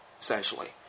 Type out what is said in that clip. essentially